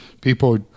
people